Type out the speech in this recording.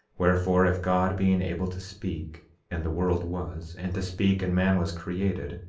wherefore, if god being able to speak and the world was, and to speak and man was created,